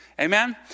Amen